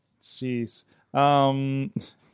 Jeez